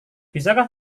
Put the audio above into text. bisakah